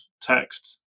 texts